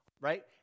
right